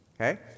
Okay